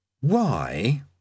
Why